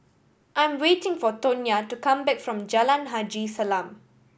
I am waiting for Tonya to come back from Jalan Haji Salam